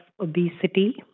obesity